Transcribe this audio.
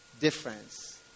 difference